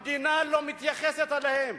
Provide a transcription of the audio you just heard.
המדינה לא מתייחסת אליהם.